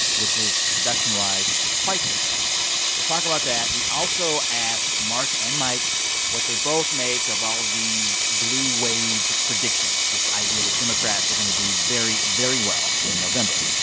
which is, production wise, wise, quite the feat we'll talk about that. we also asked mark and mike what they both make of all of these blue wave predictions, this idea that democrats are going to do very, very well in november.